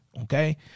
okay